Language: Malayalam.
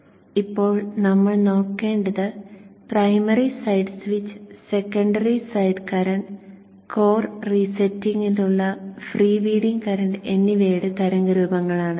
നമ്മൾ ഇപ്പോൾ നോക്കേണ്ടത് primary side switch secondary side current core റീസെറ്റിംഗിനുള്ള ഫ്രീ വീലിംഗ് കറന്റ് എന്നിവയുടെ തരംഗരൂപങ്ങളാണ്